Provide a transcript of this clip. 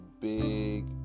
big